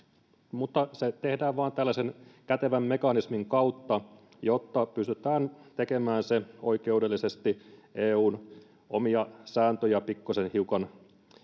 mutta se tehdään vain tällaisen kätevän mekanismin kautta jotta pystytään tekemään se oikeudellisesti eun omia sääntöjä pikkusen hiukan